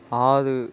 ஆறு